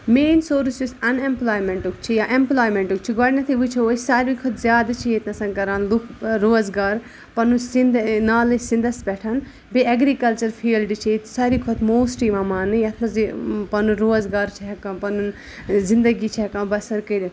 main source یُس اَن اٮ۪مپلایمٮ۪نٛٹُک چھِ یا اٮ۪ملایمٮ۪نٛٹُک چھِ گۄڈنٮ۪تھٕے وٕچھو أسۍ ساروی کھۄتہٕ زیادٕ چھِ ییٚتہِ نَس کَران لُکھ روزگار پَنُن سِنٛدھ نالَے سَنٛدَس پٮ۪ٹھ بیٚیہِ اٮ۪گرِکَلچَر فیٖلڈٕ چھِ ییٚتہِ ساروی کھۄتہٕ موسٹہٕ یِوان ماننہٕ یَتھ منٛز یہِ پَنُن روزگار چھِ ہٮ۪کان پَنُن زندگی چھِ ہٮ۪کان بسر کٔرِتھ